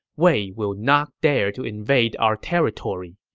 wei will not dare to invade our territory.